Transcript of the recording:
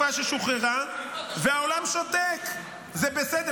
------- והעולם שותק, זה בסדר.